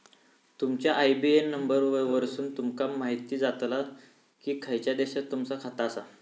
तुमच्या IBAN number वरसुन तुमका म्हायती जाताला की खयच्या देशात तुमचा खाता आसा